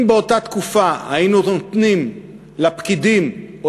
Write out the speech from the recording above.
אם באותה תקופה היינו נותנים לפקידים או